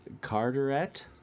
Carteret